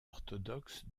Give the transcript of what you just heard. orthodoxe